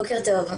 בוקר טוב.